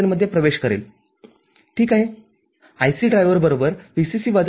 आणि आपण एक उदाहरण घेतले आहे आणि काही मूल्ये ठेवली आहेत आणि त्याचे महत्त्व समजून घेतले आहे